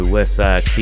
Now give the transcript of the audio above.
Westside